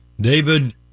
David